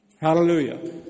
Hallelujah